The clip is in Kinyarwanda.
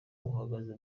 buhagaze